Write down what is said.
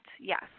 yes